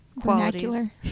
Vernacular